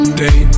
day